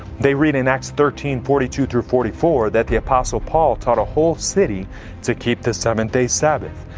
they read in acts thirteen forty two two forty four, that the apostle paul taught a whole city to keep the seventh-day sabbath.